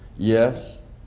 Yes